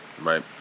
Right